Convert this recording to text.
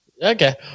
Okay